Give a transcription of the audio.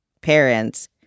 parents